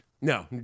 No